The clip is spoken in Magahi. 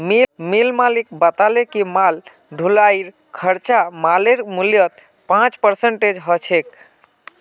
मिल मालिक बताले कि माल ढुलाईर खर्चा मालेर मूल्यत पाँच परसेंट ह छेक